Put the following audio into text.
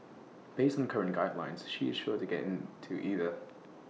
based on current guidelines she is sure to get to either